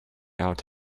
out